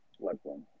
platform